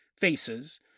faces